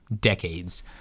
decades